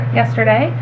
yesterday